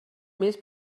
més